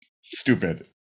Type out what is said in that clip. stupid